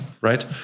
right